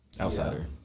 outsider